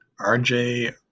RJ